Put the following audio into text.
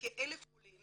לכ-1,000 עולים